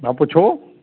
ਹਾਂ ਪੁੱਛੋ